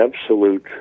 absolute